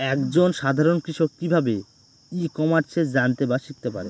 এক জন সাধারন কৃষক কি ভাবে ই কমার্সে জানতে বা শিক্ষতে পারে?